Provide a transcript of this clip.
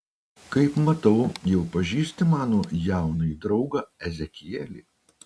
kaip matau jau pažįsti mano jaunąjį draugą ezekielį